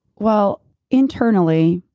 well internally,